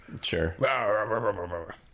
Sure